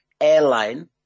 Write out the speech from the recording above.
airline